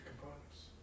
components